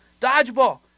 Dodgeball